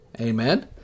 amen